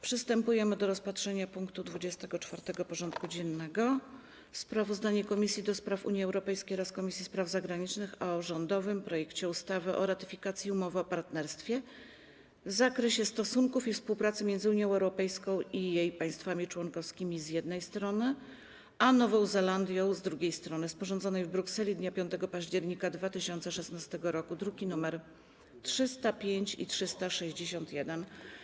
Przystępujemy do rozpatrzenia punktu 24. porządku dziennego: Sprawozdanie Komisji do Spraw Unii Europejskiej oraz Komisji Spraw Zagranicznych o rządowym projekcie ustawy o ratyfikacji Umowy o partnerstwie w zakresie stosunków i współpracy między Unią Europejską i jej państwami członkowskimi, z jednej strony, a Nową Zelandią, z drugiej strony, sporządzonej w Brukseli dnia 5 października 2016 r. (druki nr 305 i 361)